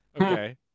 okay